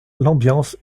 l’ambiance